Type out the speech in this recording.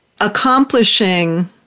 accomplishing